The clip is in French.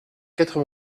quatre